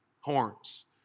horns